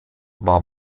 war